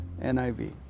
NIV